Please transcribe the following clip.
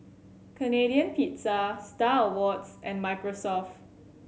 Canadian Pizza Star Awards and Microsoft